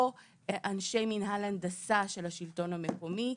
או אנשי מנהל הנדסה של השלטון המקומי,